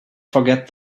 forget